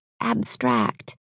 abstract